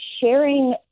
sharing